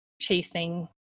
chasing